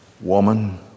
Woman